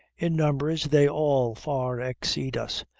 in numbers they all far exceed us,